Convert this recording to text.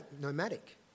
nomadic